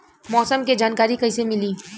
मौसम के जानकारी कैसे मिली?